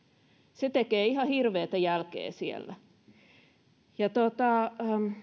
se tekee ihan hirveätä jälkeä siellä